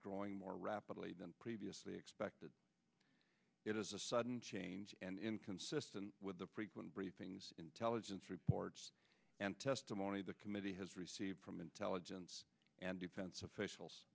growing more rapidly than previously expected it is a sudden change and inconsistent with the frequent briefings intelligence reports and testimony the committee has received from intelligence and defense officials